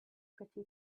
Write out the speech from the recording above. pretty